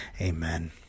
Amen